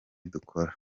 dukora